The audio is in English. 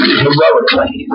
heroically